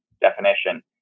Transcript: definition